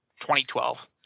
2012